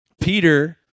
Peter